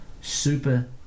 Super